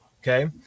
okay